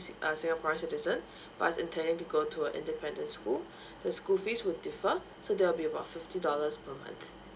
sing~ uh singaporean citizen but is intending to go to a independent school the school fees would differ so that will be about fifty dollars per month